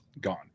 gone